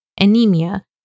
anemia